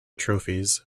trophies